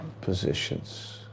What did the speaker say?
positions